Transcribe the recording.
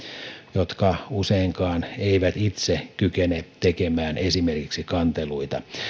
jotka eivät useinkaan itse kykene tekemään esimerkiksi kanteluita